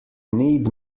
need